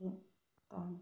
ते हां